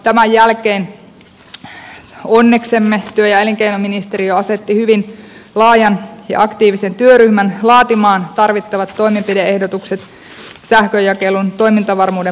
tämän jälkeen onneksemme työ ja elinkeinoministeriö asetti hyvin laajan ja aktiivisen työryhmän laatimaan tarvittavat toimenpide ehdotukset sähkönjakelun toimintavarmuuden parantamiseksi